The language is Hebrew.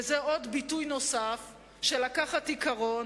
וזה עוד ביטוי נוסף של לקחת עיקרון